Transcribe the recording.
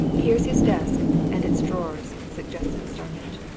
here's his desk and its drawers, suggested starmidge.